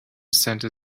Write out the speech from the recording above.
center